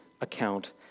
account